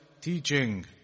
teaching